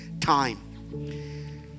time